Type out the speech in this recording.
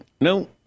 no